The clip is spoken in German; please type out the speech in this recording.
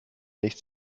nicht